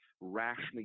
rationally